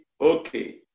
okay